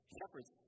Shepherds